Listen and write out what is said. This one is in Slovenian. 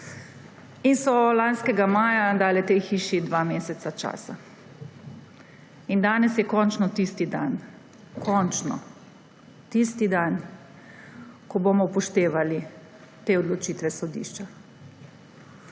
In so lanskega maja dale tej hiši dva meseca časa. Danes je končno tisti dan, končno tisti dan, ko bomo upoštevali te odločitve sodišča.